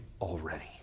already